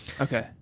Okay